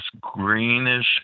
greenish